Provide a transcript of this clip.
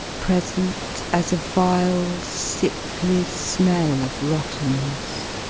present as a vile sickly smell of rottenness